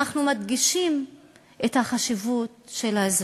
אנחנו מדגישים את החשיבות של האזרחות,